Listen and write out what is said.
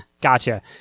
gotcha